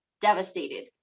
Devastated